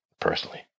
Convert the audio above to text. personally